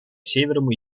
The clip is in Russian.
севером